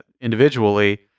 individually